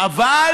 אבל